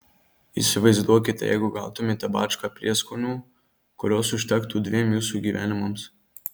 įsivaizduokite jeigu gautumėte bačką prieskonių kurios užtektų dviem jūsų gyvenimams